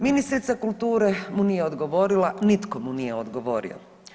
Ministrica kulture mu nije odgovorila, nitko mu nije odgovorio.